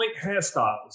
hairstyles